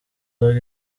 dogg